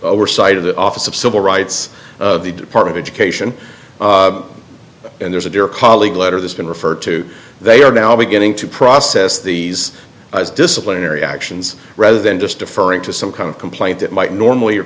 oversight of the office of civil rights the department of education and there's a dear colleague letter that's been referred to they are now beginning to process these as disciplinary actions rather than just deferring to some kind of complaint that might normally